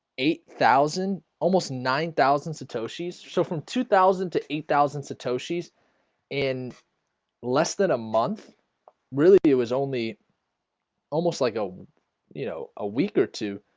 eight thousand almost nine thousand satoshi's so from two thousand to eight thousand satoshis and less than a month really it was only almost like a you know a week or two